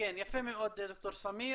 יפה מאוד, ד"ר סמיר.